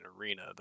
arena